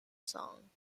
song